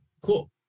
cool